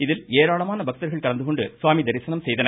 இதில் ஏராளமான பக்தர்கள் கலந்துகொண்டு சுவாமி தரிசனம் செய்தனர்